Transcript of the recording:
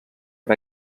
per